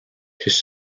his